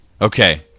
Okay